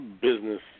business